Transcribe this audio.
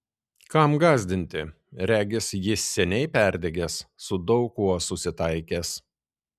kam gąsdinti regis jis seniai perdegęs su daug kuo susitaikęs